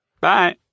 bye